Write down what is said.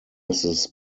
mrs